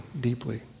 deeply